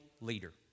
leader